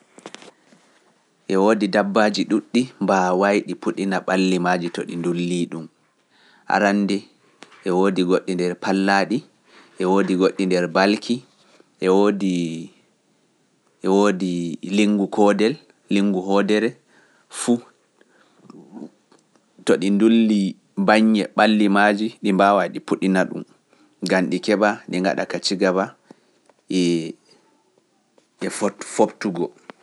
E woodi dabbaji ɗuuɗɗi mbaawaay ɗi puɗina ɓalli maaji to ɗi ndulli ɗum. Arannde e woodi goɗɗi nder pallaɗi, e woodi goɗɗi nder balki, e woodi e woodi linggu koodel, linggu hoodere fuu, to ɗi ndulli baññe ɓalli maaji ɗi mbawa ɗi puɗina ɗum gan ɗi keeɓa ɗi ngaɗa ka cigaba e e fooftugo